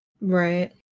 Right